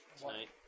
tonight